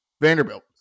Vanderbilt